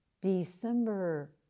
December